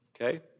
Okay